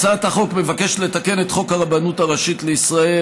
הצעת החוק מבקשת לתקן את חוק הרבנות הראשית לישראל,